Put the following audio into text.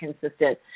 consistent